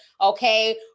okay